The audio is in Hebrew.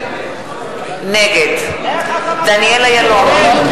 נגד דניאל אילון,